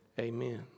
Amen